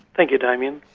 thank you damien.